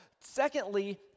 Secondly